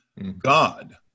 God